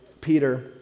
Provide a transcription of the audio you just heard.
Peter